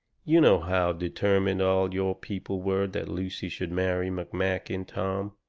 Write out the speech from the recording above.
you know how determined all your people were that lucy should marry mcmakin, tom.